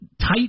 tight